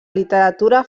literatura